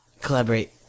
Collaborate